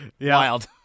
Wild